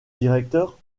directeur